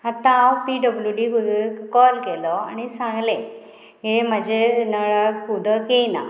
आतां हांव पी डब्ल्यूडीक उदक कॉल केलो आणी सांगलें हें म्हाजें नळाक उदक येयना